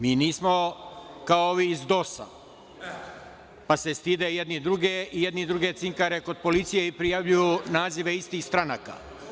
Mi nismo kao ovi iz DOS-a, pa se stide jedni od drugih i jedni druge cinkare kod policije i prijavljuju nazive istih stranaka.